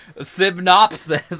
Synopsis